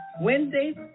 Wednesdays